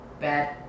bad